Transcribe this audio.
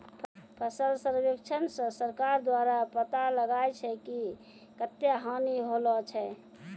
फसल सर्वेक्षण से सरकार द्वारा पाता लगाय छै कि कत्ता हानि होलो छै